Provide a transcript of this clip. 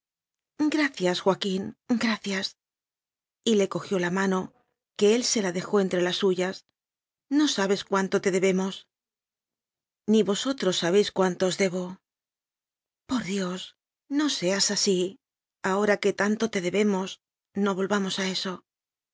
gracias joaquín gracias y le cojió la mano que él se la dejó entre las suyas no sabes cuánto te debemos ni vosotros sabéis cuánto os debo por dios no seas así ahora que tanto te debemos no volvamos a eso